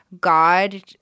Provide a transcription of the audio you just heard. God